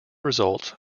results